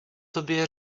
tobě